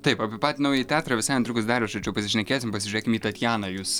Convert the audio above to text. taip apie patį naująjį teatrą visai netrukus dar iš arčiau pasišnekėsim pasižiūrėkim į tatjaną jus